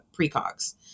precogs